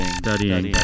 studying